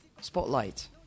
spotlight